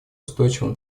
устойчивого